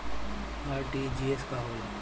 RTGS का होला?